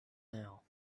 nail